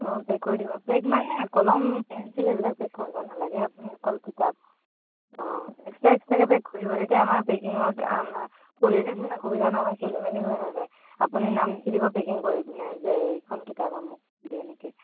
অঁ পেক কৰি দিব পেক মানে কলম পেঞ্চিল সেইবিলাক পেক কৰিব নালাগে আপুনি অকল কিতাপ অঁ এক্সট্ৰা এক্সট্ৰাকৈ পেক কৰিব তেতিয়া আমাৰ পেকিঙত আমাৰ খুলিলে যাতে অসুবিধা নহয় খেলি মেলি হৈ নাযায় আপুনি নাম লিখি দিব পেকিং কৰি পিনে যে এইখন কিতাপ আমুক বুলি এনেকৈ